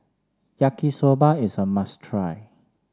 Yaki Soba is a must try